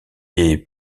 est